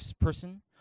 person